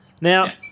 Now